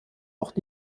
auch